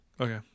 Okay